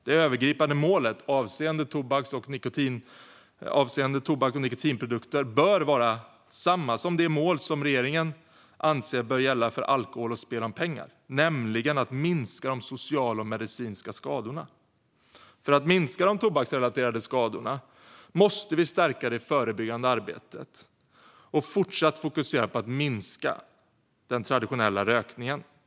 Det övergripande målet avseende tobaks och nikotinprodukter bör vara samma som det mål som regeringen anser bör gälla för alkohol och spel om pengar, nämligen att minska de sociala och medicinska skadorna. För att minska de tobaksrelaterade skadorna måste vi stärka det förebyggande arbetet och fortsatt fokusera på att minska den traditionella rökningen.